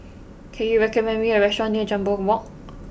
can you recommend me a restaurant near Jambol Walk